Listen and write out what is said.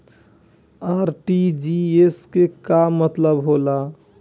RTGS के का मतलब होला?